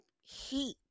heat